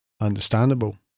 understandable